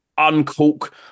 Uncork